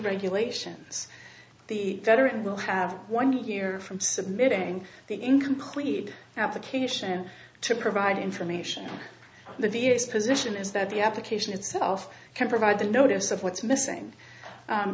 regulations the veteran will have one year from submitting the incomplete application to provide information the deer's position is that the application itself can provide the notice of what's missing